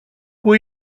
πού